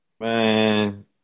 Man